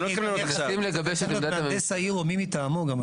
צריך להיות מהנדס העיר או מי מטעמו.